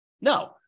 No